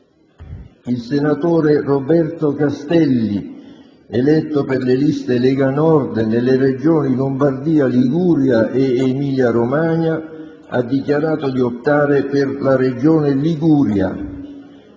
il senatore Roberto Castelli, eletto per la lista «Lega Nord» nelle Regioni Lombardia, Liguria ed Emilia-Romagna, ha dichiarato di optare per la Regione Liguria;